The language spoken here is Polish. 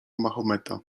mahometa